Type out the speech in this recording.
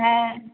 হ্যাঁ